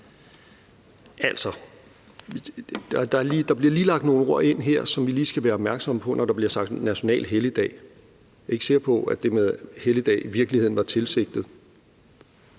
der bliver lagt nogle ord ind her, som vi lige skal være opmærksomme på, når der bliver sagt national helligdag. Jeg er ikke sikker på, at det med helligdag i virkeligheden var tilsigtet,